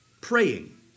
praying